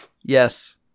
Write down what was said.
Yes